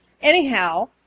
anyhow